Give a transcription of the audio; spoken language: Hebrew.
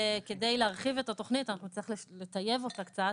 כדי להרחיב את התוכנית אנחנו נצטרך לטייב אותה קצת